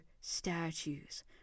statues